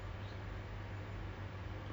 anxious over crowds